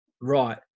right